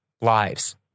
lives